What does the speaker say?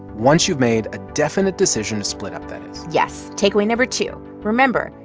once you've made a definite decision to split up, that is yes. takeaway number two remember,